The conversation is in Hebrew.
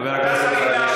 חבר הכנסת חאג'